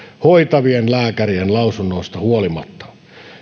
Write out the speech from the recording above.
hoitavien lääkärien lausunnoista huolimatta